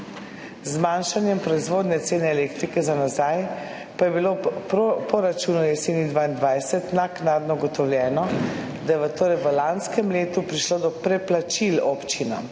zmanjšanjem proizvodnje cene elektrike za nazaj, pa je bilo v poračunu jeseni 2022 naknadno ugotovljeno, da je v lanskem letu prišlo do preplačil občinam,